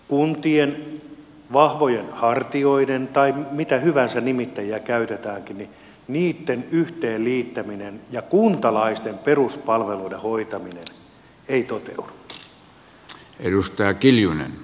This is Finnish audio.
kuntien vahvojen hartioiden tai mitä hyvänsä nimittäjiä käytetäänkin yhteen liittäminen ja kuntalaisten peruspalveluiden hoitaminen ei toteudu